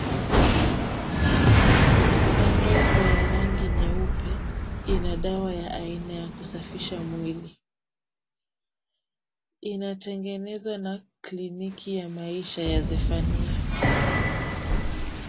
Chupa ndogo ya rangi nyeupe ina dawa ya aina ya kusafisha mwili. Inatengenezwa na kliniki ya Maisha ya Zephania.